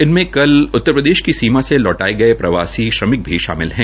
इसमें कल उत्तरप्रदेश की सीमा से लौटाये गये प्रवासी श्रमिकों भी शामिल है